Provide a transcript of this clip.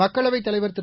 மக்களவைத் தலைவர் திரு